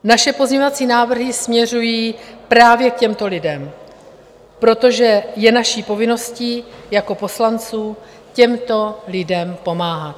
Naše pozměňovací návrhy směřují právě k těmto lidem, protože je naší povinností jako poslanců těmto lidem pomáhat.